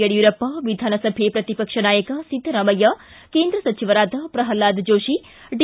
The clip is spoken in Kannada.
ಯಡಿಯೂರಪ್ಪ ವಿಧಾನಸಭೆ ಪ್ರತಿಪಕ್ಷ ನಾಯಕ ಸಿದ್ದರಾಮಯ್ಕ ಕೇಂದ್ರ ಸಚಿವರಾದ ಪ್ರಹ್ಲಾದ್ ಜೋಶಿ ಡಿ